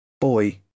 boy